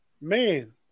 man